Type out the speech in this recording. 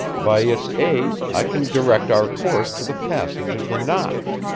by its aid, i can direct our course to the passage of the notch.